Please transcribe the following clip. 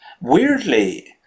weirdly